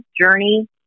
journey